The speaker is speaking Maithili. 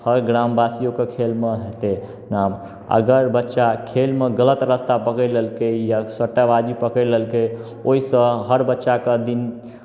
हर ग्रामवासियोके खेलमे हेतै नाम अगर बच्चा खेलमे गलत रास्ता पकड़ि लेलकै या सट्टाबाजी पकड़ि लेलकै ओहिसँ हर बच्चाकेँ दिन